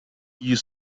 you